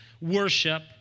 worship